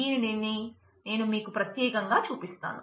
దీనినే నేను మీకు ప్రత్యేకంగా చూపిస్తాను